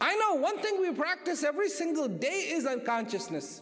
i know one thing we practice every single day isn't consciousness